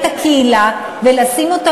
אנחנו רוצים לקחת את הקהילה ולשים אותה